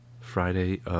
Friday